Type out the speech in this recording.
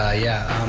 ah yeah,